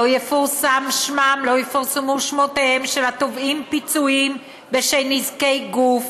לא יפורסמו שמותיהם של התובעים פיצויים בשל נזקי גוף,